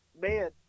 man